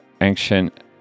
ancient